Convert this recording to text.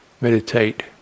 Meditate